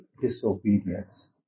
disobedience